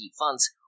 funds